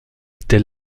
était